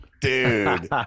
dude